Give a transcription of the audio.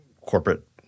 corporate